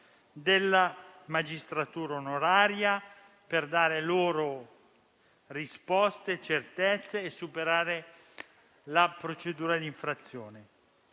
della magistratura onoraria, per dare ad essa risposte e certezze e superare la procedura di infrazione.